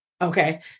okay